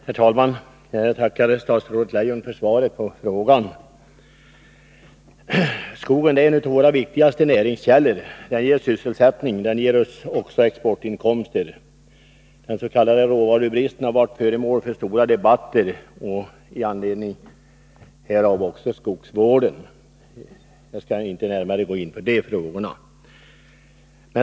Herr talman! Jag tackar statsrådet Leijon för svaret på frågan. Skogen är en av våra viktigaste näringskällor. Den ger sysselsättning, och den ger oss exportinkomster. Den s.k. råvarubristen har varit föremål för stora debatter, och i anledning härav har också skogsvården varit det. Jag skall inte närmare gå in på dessa frågor.